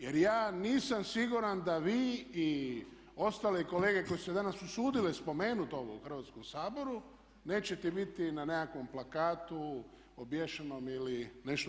Jer ja nisam siguran da vi i ostale kolege koje su se danas usudile spomenuti ovo u Hrvatskom saboru nećete biti na nekakvom plakatu, obješenom ili nešto